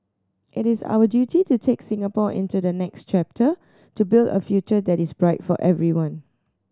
it is our duty to take Singapore into the next chapter to build a future that is bright for everyone